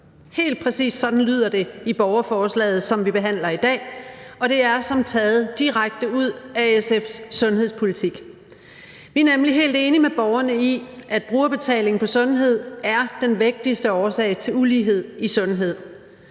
Helt præcis sådan lyder det i borgerforslaget, som vi behandler i dag, og det er som taget direkte ud af SF's sundhedspolitik. Vi er nemlig helt enige med borgerne i, at brugerbetaling på sundhed er den vægtigste årsag til ulighed i sundhed.